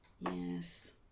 Yes